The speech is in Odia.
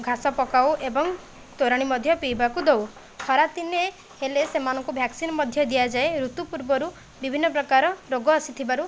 ଘାସ ପକାଉ ଏବଂ ତୋରାଣି ମଧ୍ୟ ପିଇବାକୁ ଦେଉ ଖରାଦିନେ ହେଲେ ସେମାନଙ୍କୁ ଭ୍ୟାକ୍ସିନ ମଧ୍ୟ ଦିଆଯାଏ ଋତୁ ପୂର୍ବରୁ ବିଭିନ୍ନ ପ୍ରକାର ରୋଗ ଆସିଥିବାରୁ